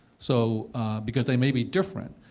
so because they may be different.